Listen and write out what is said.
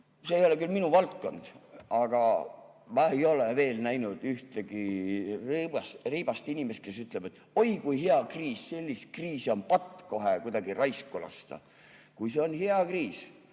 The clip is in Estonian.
see ei ole küll minu valdkond, aga ma ei ole veel näinud ühtegi reibast inimest, kes ütleks, et oi kui hea kriis, sellist kriisi on kohe patt kuidagi raisku lasta. Kui see on hea kriis